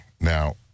Now